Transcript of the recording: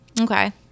Okay